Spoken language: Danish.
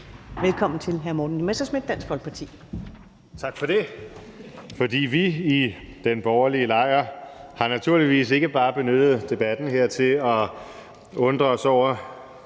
forespørgerne) Morten Messerschmidt (DF): Tak for det. For vi har i den borgerlige lejr naturligvis ikke bare benyttet debatten her til at undre os over